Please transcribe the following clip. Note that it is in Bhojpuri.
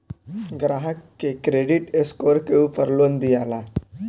ग्राहक के क्रेडिट स्कोर के उपर लोन दियाला